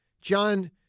John